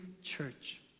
church